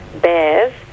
bears